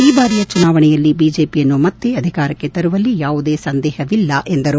ಈ ಬಾರಿ ಚುನಾವಣೆಯಲ್ಲಿ ಬಿಜೆಪಿಯನ್ನು ಮತ್ತೆ ಅಧಿಕಾರಕ್ಕೆ ತರುವಲ್ಲಿ ಯಾವುದೇ ಸಂದೇಹವಿಲ್ಲ ಎಂದರು